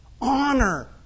Honor